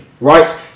right